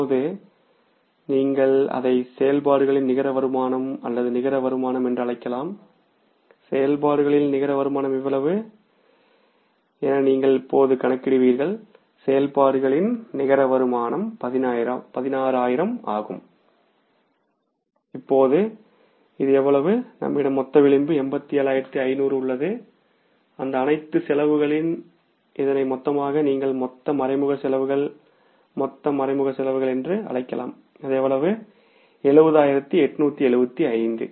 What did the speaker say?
இப்போது நீங்கள் அதை செயல்பாடுகளின் நிகர வருமானம் அல்லது நிகர வருமானம் என்று அழைக்கலாம் செயல்பாடுகளின் நிகர வருமானம் எவ்வளவு என நீங்கள் இப்போது கணக்கிடுவீர்கள் செயல்பாடுகளின் நிகர வருமானம் 16000ஆகும் இப்போது நம்மிடம் எவ்வளவு மொத்த விளிம்பு உள்ளது 87500 இந்த அனைத்து செலவுகளின் இதனை மொத்தமாக நீங்கள் மொத்த மறைமுக செலவுகள் மொத்த மறைமுக செலவுகள் என்று அழைக்கலாம்அது எவ்வளவு 70875